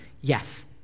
yes